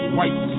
white